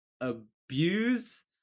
abuse